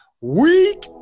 week